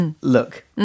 look